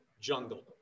jungle